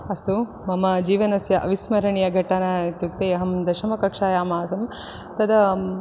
अस्तु मम जीवनस्य अविस्मरणीयघटना इत्युक्ते अहं दशमकक्षायाम् आसं तदा